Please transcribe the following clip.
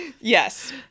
yes